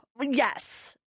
Yes